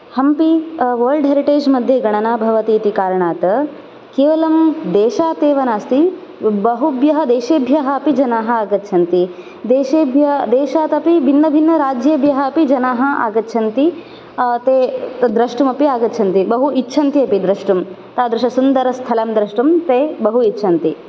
Hampi world heritage मध्ये गणना भवति इति कारणात् केवलं देशात् एव नास्ति बहुभ्यः देशेभ्यः अपि जनाः आगच्छन्ति देशेभ्यः देशादपि भिन्नभिन्नराज्येभ्यः अपि जनाः आगच्छन्ति ते तद्द्रष्टुमपि आगच्छन्ति बहु इच्छन्ति अपि द्रष्टुं तादृशसुन्दरस्थलं द्रष्टुं ते बहु इच्छन्ति